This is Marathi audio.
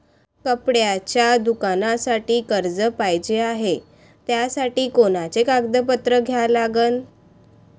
कपड्याच्या दुकानासाठी कर्ज पाहिजे हाय, त्यासाठी कोनचे कागदपत्र द्या लागन?